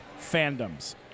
fandoms